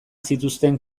zituzten